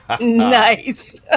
Nice